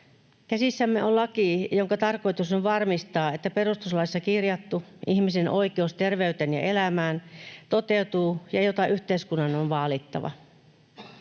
Käsissämme on laki, jonka tarkoitus on varmistaa, että perustuslakiin kirjattu ihmisen oikeus terveyteen ja elämään, jota yhteiskunnan on vaalittava,